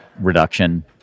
reduction